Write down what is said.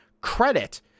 credit